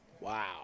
Wow